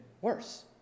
worse